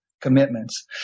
commitments